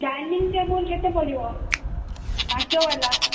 dining table କେତେ ପଡ଼ିବ କାଚଵାଲା